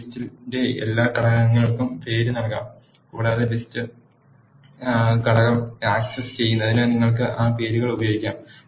ഒരു ലിസ്റ്റിന്റെ എല്ലാ ഘടകങ്ങൾക്കും പേര് നൽകാം കൂടാതെ ലിസ്റ്റ് ഘടകം ആക് സസ് ചെയ്യുന്നതിന് നിങ്ങൾക്ക് ആ പേരുകൾ ഉപയോഗിക്കാം